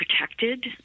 protected